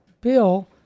bill